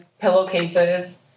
pillowcases